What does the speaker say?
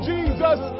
Jesus